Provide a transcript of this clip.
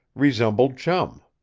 resembled chum.